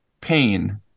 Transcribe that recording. pain